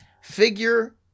figure